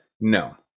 no